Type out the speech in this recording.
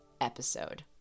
episode